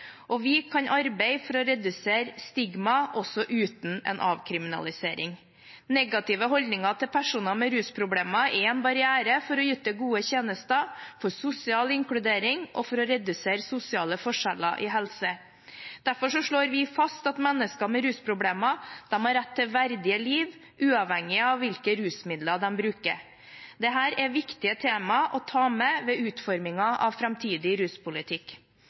og vi kan arbeide for å redusere stigma også uten en avkriminalisering. Negative holdninger til personer med rusproblemer er en barriere for å yte gode tjenester, for sosial inkludering og for å redusere sosiale forskjeller i helse. Derfor slår vi fast at mennesker med rusproblemer har rett til et verdig liv, uavhengig av hvilke rusmidler de bruker. Dette er viktige tema å ta med ved utforming av framtidig ruspolitikk.